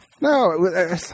no